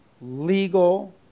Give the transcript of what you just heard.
legal